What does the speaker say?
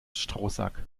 strohsack